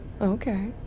Okay